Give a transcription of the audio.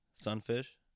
Sunfish